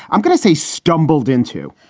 i'm going to say, stumbled into?